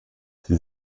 sie